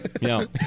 No